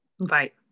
Right